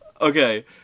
Okay